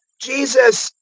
jesus,